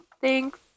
Thanks